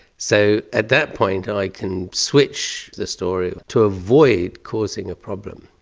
so at that point i can switch the story to avoid causing a problem.